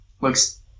looks